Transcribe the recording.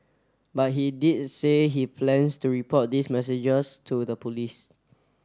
but he did say he plans to report these messages to the police